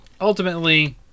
ultimately